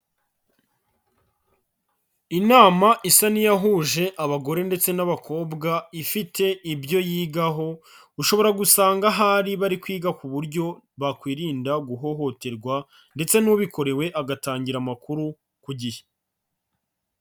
Inama isa n'iyahuje abagore ndetse n'abakobwa ifite ibyo yigaho, ushobora gusanga ahari bari kwiga ku buryo bakwirinda guhohoterwa ndetse n'ubikorewe agatangira amakuru ku gihe.